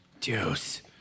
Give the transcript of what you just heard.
Deuce